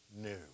new